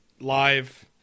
live